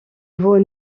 vaut